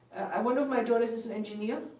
one of my daughters is an engineer,